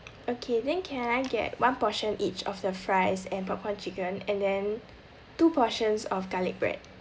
okay then can I get one portion each of the fries and popcorn chicken and then two portions of garlic bread